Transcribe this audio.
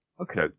Okay